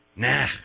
Nah